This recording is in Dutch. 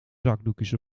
zakdoekjes